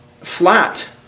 flat